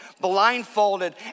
blindfolded